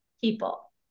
people